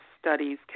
studies